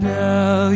now